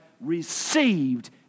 received